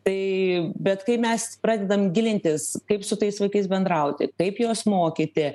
tai bet kai mes pradedam gilintis kaip su tais vaikais bendrauti kaip juos mokyti